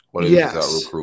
Yes